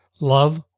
Love